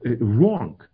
wrong